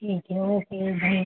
ठीक है ओके धन